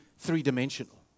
Three-dimensional